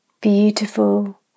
beautiful